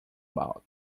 about